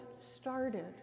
started